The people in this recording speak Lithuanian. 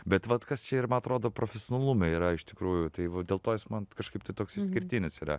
bet vat kas čia ir man atrodo profesionalume yra iš tikrųjų tai va dėl to jis man kažkaip tai toks išskirtinis yra